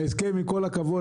עם כל הכבוד,